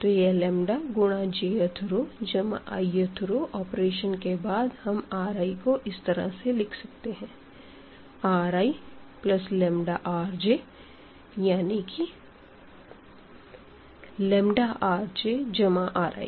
तो यह लंबदा गुणा j thरो जमा i thरो ऑपरेशन के बाद हम Ri को इस तरह से लिख सकते हैं RiλRj यानी कि Rj जमा Ri